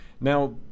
Now